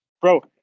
bro